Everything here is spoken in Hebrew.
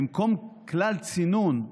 במקום כלל צינון,